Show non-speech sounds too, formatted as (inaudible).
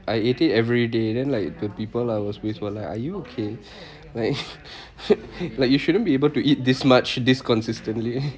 I ate it every day then like the people I was with was like are you okay like (breath) like you shouldn't be able to eat this much this consistently